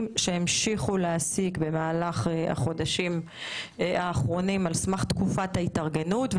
שהמשיכו להעסיק במהלך החודשים האחרונים על סמך תקופת ההתארגנות.